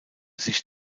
sich